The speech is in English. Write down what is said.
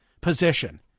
position